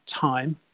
time